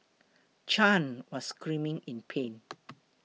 Chan was screaming in pain